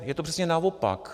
Je to přesně naopak.